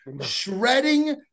shredding